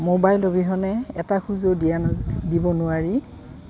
mobile অবিহনে এটা খোজো দিয়া নাযায় দিব নোৱাৰি